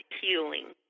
healing